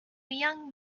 young